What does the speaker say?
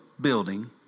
building